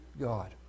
God